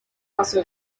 also